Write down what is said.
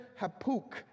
Hapuk